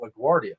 LaGuardia